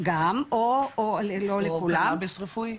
גם, או, לא לכולם --- או קנאביס רפואי?